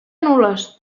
nules